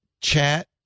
chat